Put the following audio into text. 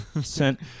Sent